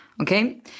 Okay